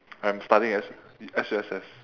I'm studying S_U~ S_U_S_S